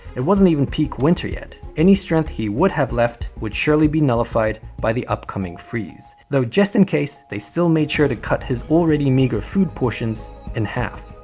it wasn't even peak winter yet. any strength he would have left would surely be nullified by the upcoming freeze. though just in case, they still made sure to cut his already meager food portions in half.